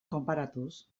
konparatuz